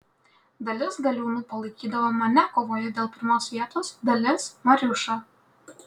dalis galiūnų palaikydavo mane kovoje dėl pirmos vietos dalis mariušą